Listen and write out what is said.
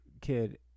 kid